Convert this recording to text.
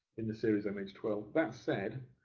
in the series mh twelve. that said,